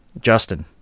Justin